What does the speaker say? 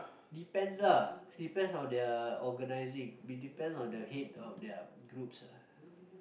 depends lah depends on their organizing it depends on the head of their groups ah